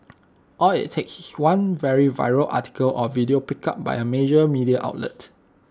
all IT takes is one very viral article or video picked up by A major media outlet